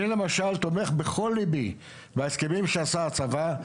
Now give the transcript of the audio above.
אני למשל תומך בכל ליבי בהסכמים שעשה הצבא,